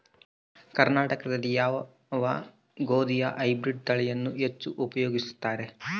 ಕರ್ನಾಟಕದಲ್ಲಿ ಯಾವ ಗೋಧಿಯ ಹೈಬ್ರಿಡ್ ತಳಿಯನ್ನು ಹೆಚ್ಚು ಉಪಯೋಗಿಸುತ್ತಾರೆ?